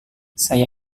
saya